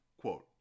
Quote